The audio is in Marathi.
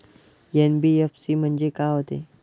एन.बी.एफ.सी म्हणजे का होते?